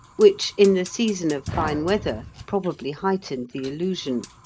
which, in the season of fine weather, probably heightened the illusion.